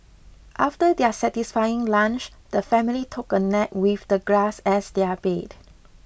after their satisfying lunch the family took a nap with the grass as their bed